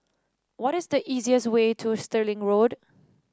what is the easiest way to Stirling Road